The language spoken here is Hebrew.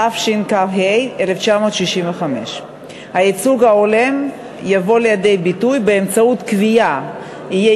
התשכ"ה 1965. הייצוג ההולם יבוא לידי ביטוי באמצעות קביעה שיהיה